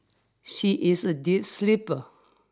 she is a deep sleeper